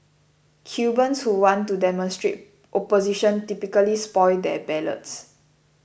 Cubans who want to demonstrate opposition typically spoil their ballots